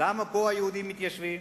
למה פה היהודים מתיישבים?